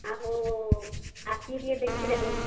ଆଉ ଆସିକି ଟିକେ ଦେଖିଦେବେ